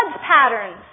patterns